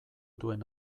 duen